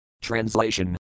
Translation